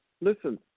listen